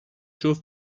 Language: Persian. جفت